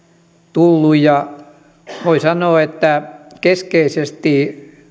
tullut voi sanoa että keskeisesti